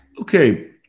Okay